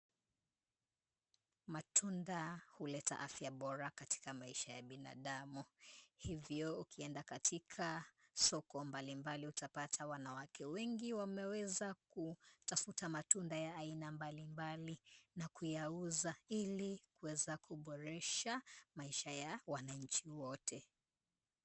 Matunda huleta afya bora katika maisha ya binadamu. Hivyo ukienda katika soko mbalimbali utapata wanawake wengi wameweza kutafuta matunda ya aina mbalimbali na kuyauza ili kuweza kuboresha maisha ya wananchi wote.